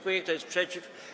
Kto jest przeciw?